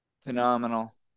Phenomenal